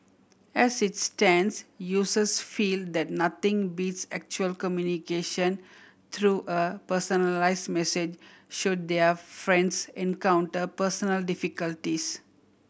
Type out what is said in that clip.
as it stands users feel that nothing beats actual communication through a personalised message should their friends encounter personal difficulties